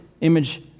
image